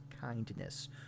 kindness